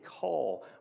call